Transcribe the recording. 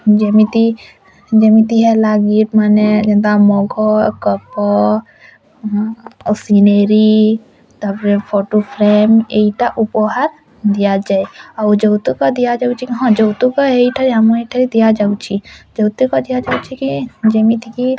ଯେମିତି ଯେମିତି ହେଲା ଗିଫ୍ଟମାନେ ଯେନତା ମଗ କପ୍ ଆଉ ସିନେରୀ ତାପରେ ଫଟୋଫ୍ରେମ୍ ଏଇଟା ଉପହାର ଦିଆଯାଏ ଆଉ ଯୌତୁକ ଦିଆଯାଉଛି ହଁ ଯୌତୁକ ଏଇଠାରେ ଆମ ଏହିଠାରେ ଦିଆଯାଉଛି ଯୌତୁକ ଦିଆଯାଉଛି କି ଯେମିତିକି